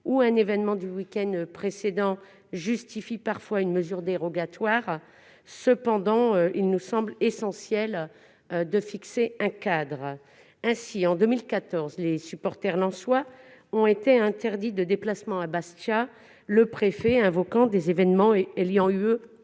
ou un événement du week-end précédent justifie une mesure dérogatoire, mais il nous semble essentiel de fixer un cadre. Ainsi, en 2014, les supporters lensois ont été interdits de déplacement à Bastia, le préfet invoquant des événements ayant eu lieu